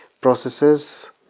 processes